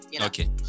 Okay